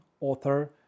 author